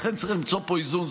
לכן צריך למצוא פה איזון.